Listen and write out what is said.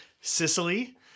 Sicily